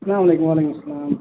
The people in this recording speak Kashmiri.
سَلام علیکُم وعلیکُم سَلام